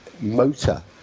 motor